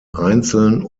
einzeln